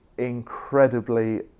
incredibly